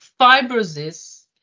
fibrosis